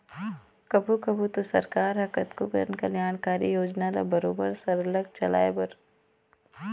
कभू कभू तो सरकार ह कतको जनकल्यानकारी योजना ल बरोबर सरलग चलाए बर